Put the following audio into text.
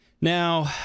Now